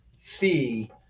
fee